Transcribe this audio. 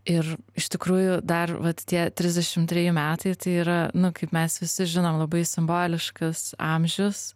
ir iš tikrųjų dar vat tie trisdešim treji metai tai yra nu kaip mes visi žinom labai simboliškas amžius